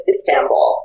Istanbul